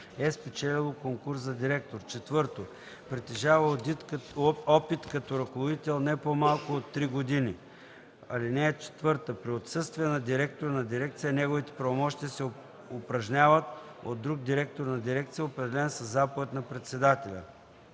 е спечелило конкурс за директор; 4. притежава опит като ръководител не по-малко от три години. (4) При отсъствие на директор на дирекция неговите правомощия се упражняват от друг директор на дирекция, определен със заповед на председателя.”